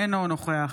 אינו נוכח